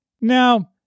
Now